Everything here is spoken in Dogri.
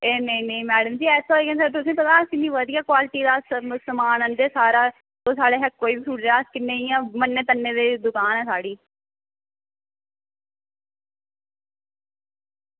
एह् नेईं नेईं मैड़म जी ऐसा होई गै निं सकदा तुसें ई पता अस किन्नी बधिया क्वालिटी दा अस समान आह्नदे सारा ओह् साढ़े कशा किन्नी मन्नी दी दुकान ऐ साढ़ी